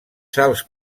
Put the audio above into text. sals